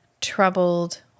troubled